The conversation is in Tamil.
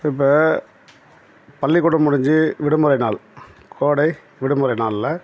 இப்போ பள்ளிக்கூடம் முடிஞ்சி விடுமுறை நாள் கோடை விடுமுறை நாளில்